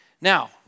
Now